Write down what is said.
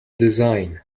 design